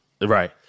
Right